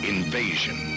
Invasion